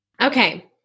Okay